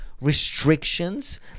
restrictions